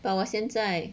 but 我现在